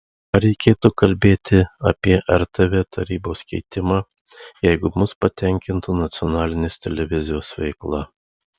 ar reikėtų kalbėti apie rtv tarybos keitimą jeigu mus patenkintų nacionalinės televizijos veikla